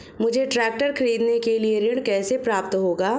मुझे ट्रैक्टर खरीदने के लिए ऋण कैसे प्राप्त होगा?